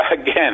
again